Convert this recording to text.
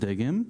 הדגם,